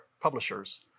publishers